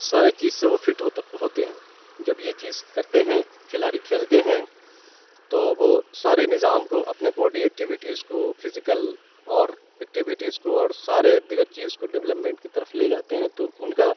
سارے چیز سے وہ فٹ ہوتا ہوتے ہیں جب یہ چیز کرتے ہیں کھلاڑی کھیلتے ہیں تو وہ سارے نظام کو اپنے باڈی ایکٹوٹیز کو فزیکل اور ایکٹوٹیز کو اور سارے دیگر چیز کو ڈیولپمنٹ کی طرف لے جاتے ہیں تو ان کا